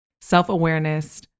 self-awareness